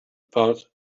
about